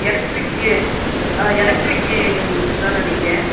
electric ஆ எலெக்ட்ரிக்கு தானே நீங்கள்